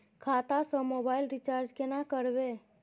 खाता स mobile recharge केना करबे?